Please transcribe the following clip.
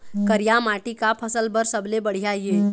करिया माटी का फसल बर सबले बढ़िया ये?